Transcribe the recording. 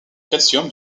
calcium